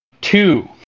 Two